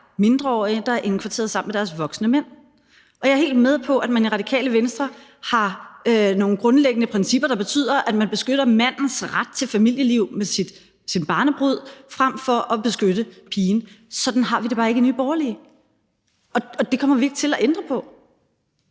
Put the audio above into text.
mindreårige, der er indkvarteret sammen med deres voksne mænd. Jeg er helt med på, at man i Radikale Venstre har nogle grundlæggende principper, der betyder, at man beskytter mandens ret til et familieliv med sin barnebrud frem for at beskytte pigen. Sådan har vi det bare ikke i Nye Borgerlige, og det kommer vi ikke til at ændre på.